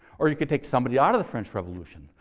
or you could take somebody out of the french revolution,